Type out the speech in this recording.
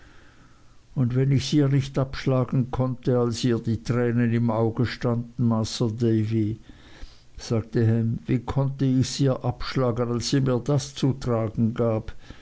und wenn ichs ihr nicht abschlagen konnte als ihr die tränen im auge standen masr davy sagte ham wie konnt ichs ihr abschlagen als sie mir das zu tragen gab